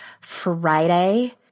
Friday